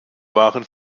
waren